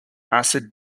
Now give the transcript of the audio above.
acid